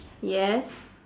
yes